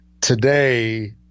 today